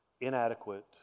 inadequate